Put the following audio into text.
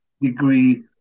degree